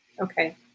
Okay